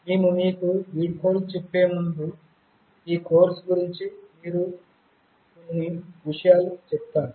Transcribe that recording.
మేము మీకు వీడ్కోలు చెప్పే ముందు ఈ కోర్సు గురించి కొన్ని విషయాలు చెప్తాను